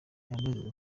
biranezeza